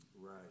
Right